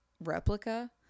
replica